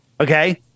Okay